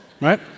right